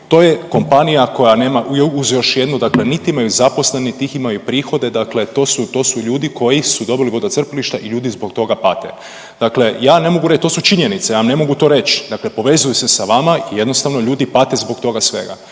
To je kompanija koja nema uz još jednu niti imaju zaposlenih, niti imaju prihode dakle to su ljudi koji su dobili vodocrpilišta i ljudi zbog toga pate. Dakle, ja ne mogu to su činjenice ja vam ne mogu to reć, dakle povezuju se sa vama i jednostavno ljudi pate zbog toga svega.